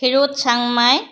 Kshirod Changmai